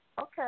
Okay